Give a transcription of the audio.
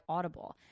Audible